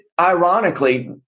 ironically